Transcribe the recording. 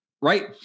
right